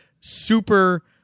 super